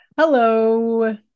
Hello